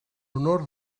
honor